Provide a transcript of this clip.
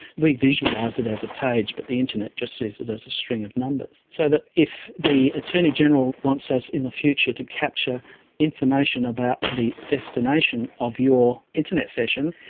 we visualise it as a page, but the internet just sees it as a string of numbers. so that if the attorney-general wants us in the future to capture information about the destination of your internet session,